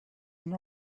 and